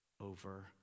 over